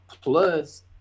Plus